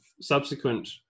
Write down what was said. subsequent